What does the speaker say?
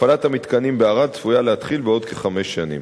הפעלת המתקנים בערד צפויה להתחיל בעוד כחמש שנים.